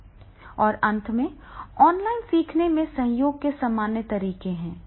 अब अंत में ऑनलाइन सीखने में सहयोग के सामान्य तरीके हैं